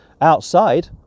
outside